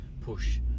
push